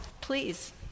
please